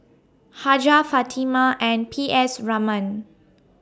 Hajjah Fatimah and P S Raman